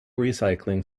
recycling